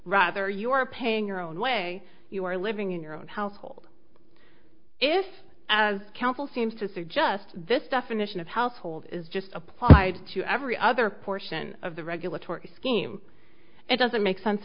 rather you are paying your own way you are living in your own household if as counsel seems to suggest this definition of household is just applied to every other portion of the regulatory scheme it doesn't make sense